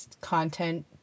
content